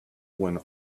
when